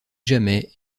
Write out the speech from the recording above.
jamais